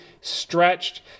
stretched